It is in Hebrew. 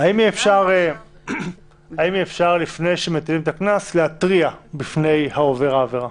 האם לפני שמטילים את הקנס אפשר להתריע בפני עובר העברה?